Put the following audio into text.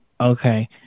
Okay